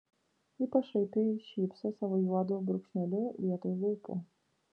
ji pašaipiai šypso savo juodu brūkšneliu vietoj lūpų